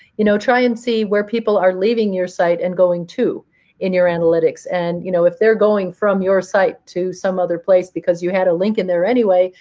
you know try and see where people are leaving your site and going to in your analytics. and you know if they're going from your site to some other place, because you had a link in there anyway,